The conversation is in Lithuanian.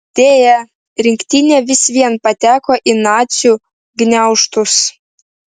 deja rinktinė vis vien pateko į nacių gniaužtus